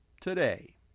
today